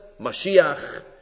Mashiach